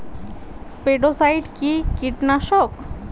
স্পোডোসাইট কি কীটনাশক?